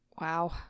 Wow